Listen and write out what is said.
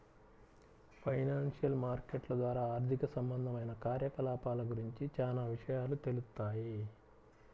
financial మార్కెట్ల ద్వారా ఆర్థిక సంబంధమైన కార్యకలాపాల గురించి చానా విషయాలు తెలుత్తాయి